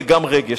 וגם רגש.